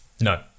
No